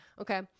okay